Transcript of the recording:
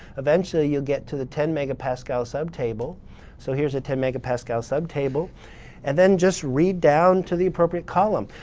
eventually you'll get to the ten megapascal subtable. so here's a ten megapascal subtable. and then just read down to the appropriate column.